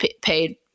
paid